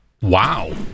wow